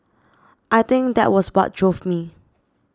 I think that was what drove me